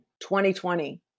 2020